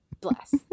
Bless